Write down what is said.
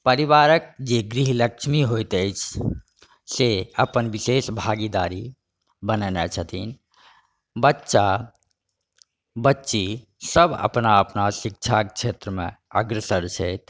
परिवारके जे गृहलक्ष्मी होइत अछि से अपन विशेष भागीदारी बनेने छथिन बच्चा बच्ची सभ अपना अपना शिक्षाके क्षेत्रमे अग्रसर छथि